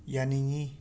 ꯌꯥꯅꯤꯡꯉꯤ